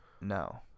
No